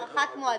הארכת מועדים,